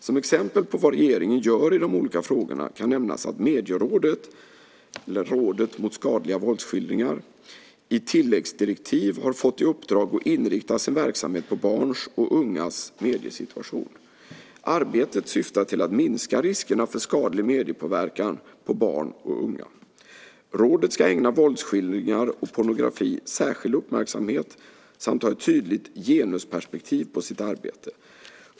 Som exempel på vad regeringen gör i de olika frågorna kan nämnas att Medierådet eller Rådet mot skadliga våldsskildringar i tilläggsdirektiv fått i uppdrag att inrikta sin verksamhet på barns och ungas mediesituation. Arbetet syftar till att minska riskerna för skadlig mediepåverkan på barn och unga. Rådet ska ägna våldsskildringar och pornografi särskild uppmärksamhet samt ha ett tydligt genusperspektiv på sitt arbete.